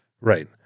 Right